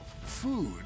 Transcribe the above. Food